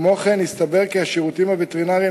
כמו כן הסתבר כי השירותים הווטרינריים